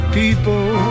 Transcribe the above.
people